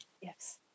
Yes